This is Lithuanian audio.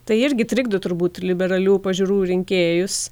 tai irgi trikdo turbūt liberalių pažiūrų rinkėjus